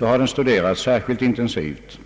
har den studerats särskilt intensivt.